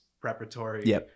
preparatory